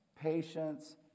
patience